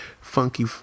Funky